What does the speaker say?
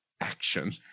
action